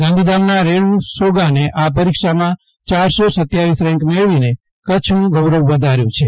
ગાંધીધામના રેણુ સોગાને આ પરીક્ષામાં યારસો સત્યાવીસ રેંક મેળવીને કચ્છનું ગૌરવ વધાર્યુ છે